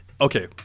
Okay